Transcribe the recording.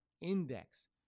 index